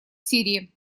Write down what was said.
сирии